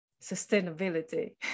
sustainability